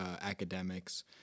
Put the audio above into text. academics